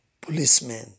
policemen